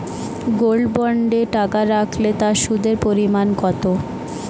Gold বন্ডে টাকা রাখলে তা সুদের পরিমাণ কত?